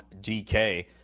DK